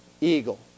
eagle